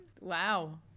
wow